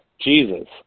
Jesus